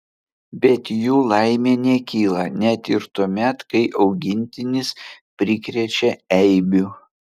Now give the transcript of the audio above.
bet jų laimė nekyla net ir tuomet kai augintinis prikrečia eibių